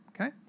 Okay